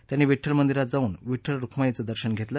त्यांनी विठ्ठल मंदिरात जाऊन विठ्ठल रखुमाईच दर्शन घेतलं